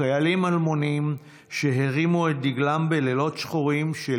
חיילים אלמונים שהרימו את דגלם בלילות שחורים של